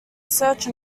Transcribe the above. search